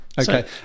Okay